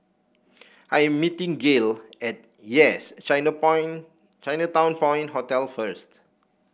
I am meeting Gale at Yes China Point Chinatown Point Hotel first